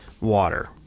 water